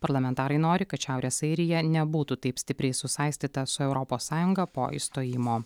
parlamentarai nori kad šiaurės airija nebūtų taip stipriai susaistyta su europos sąjunga po išstojimo